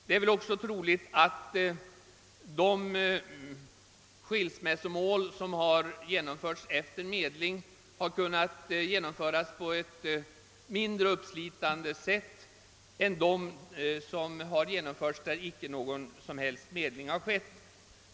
Det är väl också troligt att de skilsmässomål som har genomförts efter medling kunnat genomföras på ett mindre uppslitande sätt än de som genomförts utan någon som helst medling.